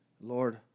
Lord